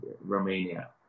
Romania